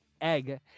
egg